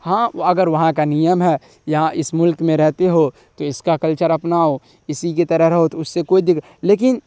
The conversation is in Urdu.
ہاں اگر وہاں کا نیم ہے یہاں اس ملک میں رہتے ہو تو اس کا کلچر اپناؤ اسی کے طرح رہو تو اس سے کوئی دقت لیکن